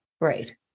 Right